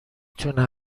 تونم